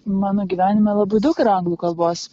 mano gyvenime labai daug yra anglų kalbos